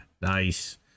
nice